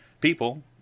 people